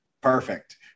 Perfect